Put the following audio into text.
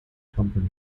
company